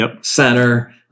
center